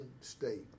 state